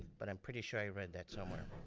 but i'm pretty sure i read that somewhere.